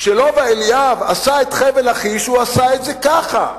כשלובה אליאב עשה את חבל לכיש, הוא עשה את זה ככה.